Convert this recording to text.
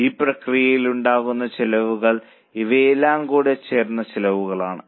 അതിനാൽ ഈ പ്രക്രിയയിൽ ഉണ്ടാകുന്ന ചെലവുകൾ ഇവയെല്ലാം കൂടെ ചേർന്ന ചെലവുകളാണ്